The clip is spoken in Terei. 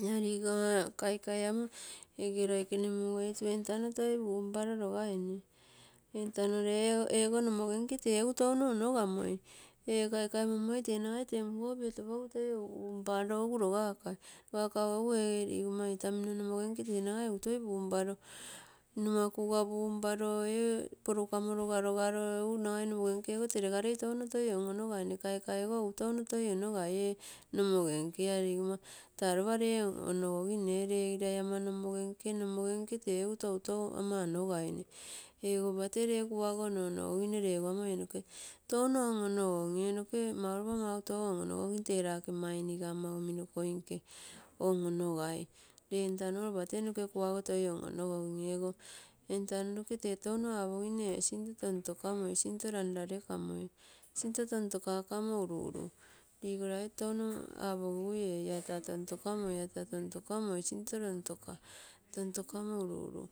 Ia liga kaikai amo ege loikene mugeitu entano toi pump rogaina entano lego, ego nomogenke tee egu touno onogamoi, ee kaikai monmoi nagai tee mugou piotopogimoi toi punparo rogakai rogakagu egu ege logaitamino no mogenke tee nagai egu toi punaro, nomakuga punparo ee porukamoroga nagai toregarei touno toi on-onogai kaikai ogo egu tee touno toi onogaine ee nomogenke ligomma taa lopa lee onogo ginne ee lee girai ama nomogenke, ama nomogenke. Tee egu toutou ama onogaine, ego lopa tee lee ekua go on-onogoginne lee go amo ee noke touno ama on-onogo gi. Ee noke egu lopa mau touno on-onogogim tee lake ama mainiga unimokoinke, on-onogai, ue entano lopate noke kuago toi on-onogogim ego entano noke tae touno apogim ee sinto tontokamoi. sinto ranrarekamoi into tontokakamoi uru-uru. Ligo raito touno apogigu iiee taa tontokamoi. taa tontoka moi, sinto tontoka, sinto tontokamo uru-uru.